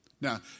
Now